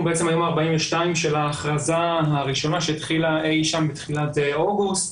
היום ה-42 של ההכרזה הראשונה שהתחילה אי שם בתחילת אוגוסט.